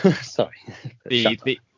Sorry